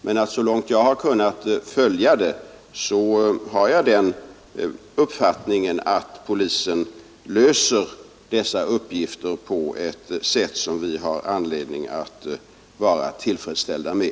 Men så långt jag har kunnat följa detta har jag den uppfattningen att polisen löser dessa uppgifter på ett sätt, som vi har anledning att vara tillfredsställda med.